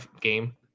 game